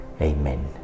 Amen